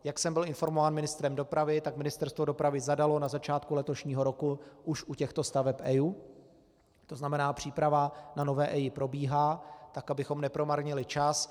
Jak jsem byl informován ministrem dopravy, tak Ministerstvo dopravy zadalo na začátku letošního roku už u těchto staveb EIA, to znamená příprava na nové EIA probíhá tak, abychom nepromarnili čas.